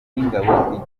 y’ingabo